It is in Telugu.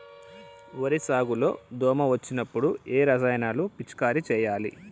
వరి సాగు లో దోమ వచ్చినప్పుడు ఏ రసాయనాలు పిచికారీ చేయాలి?